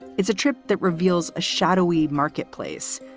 it's a trip that reveals a shadowy marketplace,